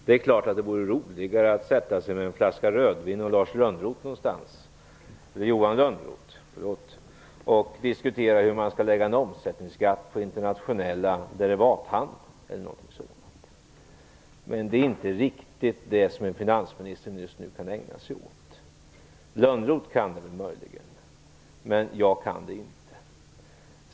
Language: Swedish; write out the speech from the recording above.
Det är klart att det vore roligare att sätta sig någonstans med en flaska rödvin och Johan Lönnroth och diskutera hur man skall lägga en omsättningsskatt på den internationella derivathandeln. Men det är inte riktigt det som en finansminister kan ägna sig åt just nu. Lönnroth kan det möjligen. Jag kan det inte.